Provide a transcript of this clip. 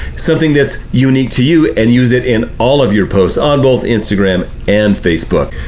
something that's unique to you and use it in all of your posts on both instagram and facebook.